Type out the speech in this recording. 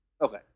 Okay